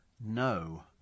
No